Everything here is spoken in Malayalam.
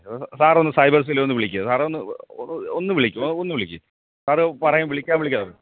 സാറൊന്ന് സൈബർ സെല്ലിലൊന്നു വിളിക്ക് സാറെ ഒന്ന് ഒന്നു വിളിക്ക് ആ ഒന്നു വിളിക്ക് സാറെ പറയും വിളിക്കാം വിളിക്കാമെന്ന്